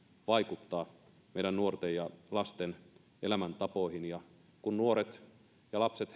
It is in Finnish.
vaikuttaa meidän nuorten ja lasten elämäntapoihin nuoret ja lapset